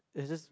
is just